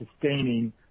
sustaining